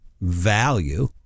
value